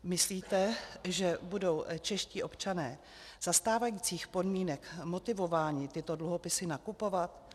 Myslíte, že budou čeští občané za stávajících podmínek motivováni tyto dluhopisy nakupovat?